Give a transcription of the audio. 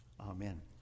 Amen